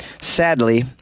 Sadly